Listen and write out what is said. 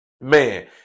man